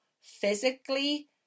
physically